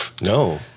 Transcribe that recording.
No